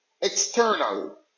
external